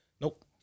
Nope